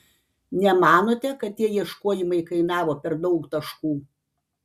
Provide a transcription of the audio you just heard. nemanote kad tie ieškojimai kainavo per daug taškų